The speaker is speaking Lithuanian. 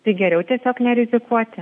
tai geriau tiesiog nerizikuoti